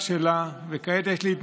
אני לא צריכה לספר לך שהמליאה זה מקום,